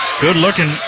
Good-looking